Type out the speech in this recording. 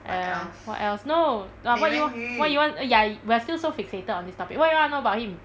!aiya! what else no ah what you want what you want err ya !ee! we're still so fixated on this topic what you wanna know about him